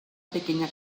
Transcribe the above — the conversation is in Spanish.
pequeña